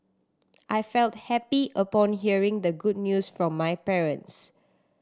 I felt happy upon hearing the good news from my parents